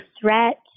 threat